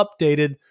updated